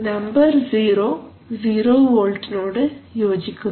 number 0 0 വോൾട്ടിനോട് യോജിക്കുന്നു